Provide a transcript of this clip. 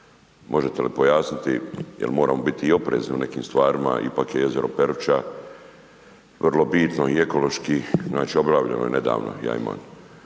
možete li objasniti? Jer moramo biti oprezni u nekim stvarima, ipak je jezero Peruća vrlo bitno i ekološki znači obnavljano je nedavno.